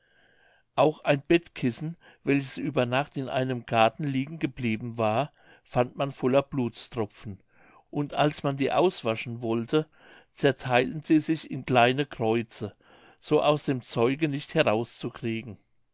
auch ein bettkissen welches über nacht in einem garten liegen geblieben war fand man voller blutstropfen und als man die auswaschen wollte zertheilten sie sich in kleine kreuze so aus dem zeuge nicht